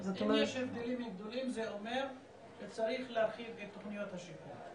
אז אם יש הבדלים גדולים זה אומר שצריך להרחיב את תוכניות השיקום.